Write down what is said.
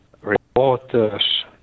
reporters